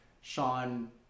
Sean